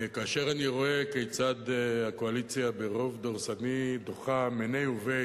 אני רואה כיצד הקואליציה ברוב דורסני דוחה מיניה וביה